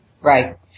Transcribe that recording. Right